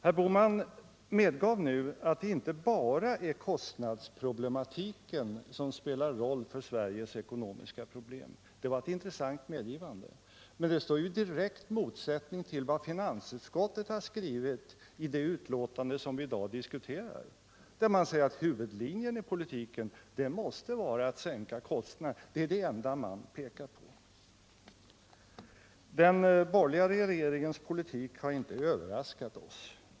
Herr Bohman medgav nu att det inte bara är kostnadsproblematiken som spelar roll för Sveriges ekonomiska problem. Det var ett intressant medgivande. Men det står i direkt motsättning till vad finansutskottet har skrivit i det betänkande som vi i dag diskuterar. Där säger man att huvudlinjen i politiken måste vara att sänka kostnaderna — det är det enda man pekar på. Den borgerliga regeringens politik har inte överraskat oss.